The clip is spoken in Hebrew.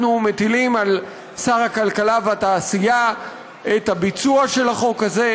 אנחנו מטילים על שר הכלכלה והתעשייה את הביצוע של החוק הזה,